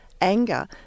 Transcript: anger